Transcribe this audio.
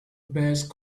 best